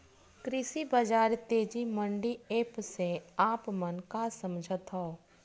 कृषि बजार तेजी मंडी एप्प से आप मन का समझथव?